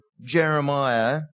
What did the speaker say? Jeremiah